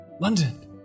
London